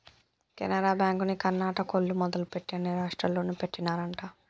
కెనరా బ్యాంకుని కర్ణాటకోల్లు మొదలుపెట్టి అన్ని రాష్టాల్లోనూ పెట్టినారంట